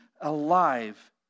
alive